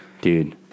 dude